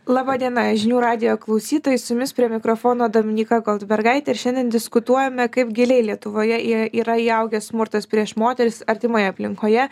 laba diena žinių radijo klausytojai su jumis prie mikrofono dominyka goldbergaitė šiandien diskutuojame kaip giliai lietuvoje y yra įaugęs smurtas prieš moteris artimoje aplinkoje